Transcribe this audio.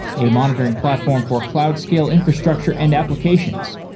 a monitoring platform for cloud scale infrastructure and applications.